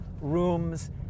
rooms